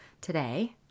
today